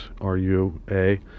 R-U-A